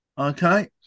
Okay